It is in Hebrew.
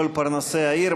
כל פרנסי העיר,